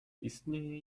istnieje